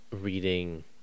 reading